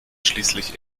schließlich